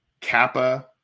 Kappa